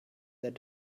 their